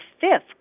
fifth